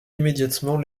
immédiatement